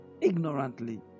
ignorantly